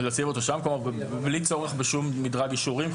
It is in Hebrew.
כלומר, בלי צורך בשום מדרג אישורים.